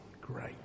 Great